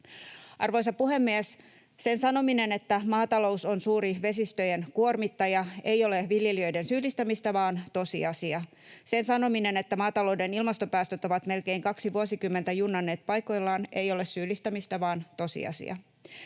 Arvoisa puhemies! Sen sanominen, että maatalous on suuri vesistöjen kuormittaja, ei ole viljelijöiden syyllistämistä vaan tosiasia. Sen sanominen, että maatalouden ilmastopäästöt ovat melkein kaksi vuosikymmentä junnanneet paikoillaan, ei ole syyllistämistä vaan tosiasia.